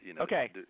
Okay